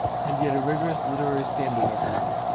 had yet a rigorous literary standard of her own,